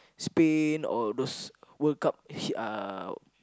Spain or those World Cup uh